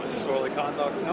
disorderly conduct.